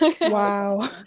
Wow